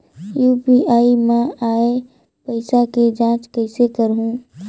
UPI मा आय पइसा के जांच कइसे करहूं?